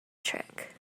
trick